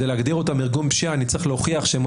כדי להגדיר אותם ארגון פשיעה אני צריך להוכיח שהם